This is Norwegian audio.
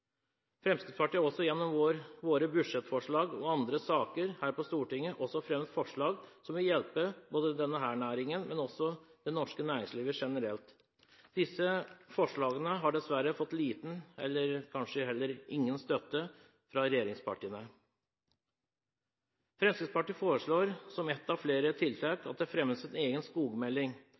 Fremskrittspartiet har også gjennom budsjettforslag og andre saker på Stortinget fremmet forslag som vil hjelpe både denne næringen og det norske næringslivet generelt. Disse forslagene har dessverre fått liten, eller kanskje heller ingen, støtte fra regjeringspartiene. Fremskrittspartiet foreslår som ett av flere tiltak at det fremmes en egen skogmelding